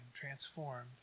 transformed